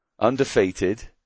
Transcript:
undefeated